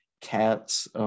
cat's